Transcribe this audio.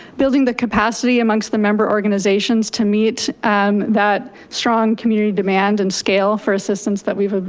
building the capacity amongst the member organizations to meet um that strong community demand and scale for assistance that we've